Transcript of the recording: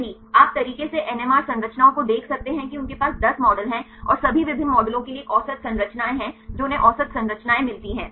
सही आप तरीके से एनएमआर संरचनाओं को देख सकते हैं कि उनके पास 10 मॉडल हैं और सभी विभिन्न मॉडलों के लिए एक औसत संरचना है जो उन्हें औसत संरचनाएं मिलती हैं